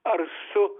ar su